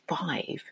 five